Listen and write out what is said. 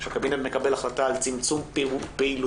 כשהקבינט מקבל החלטה על צמצום פעילויות